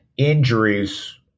Injuries